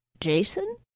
Jason